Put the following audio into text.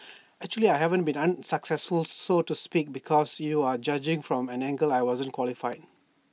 actually I haven't been unsuccessfully so to speak because you are judging from the angle I wasn't qualified